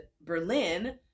Berlin